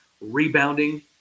rebounding